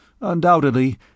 Undoubtedly